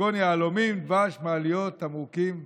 כגון יהלומים, דבש, מעליות ותמרוקים.